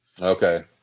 okay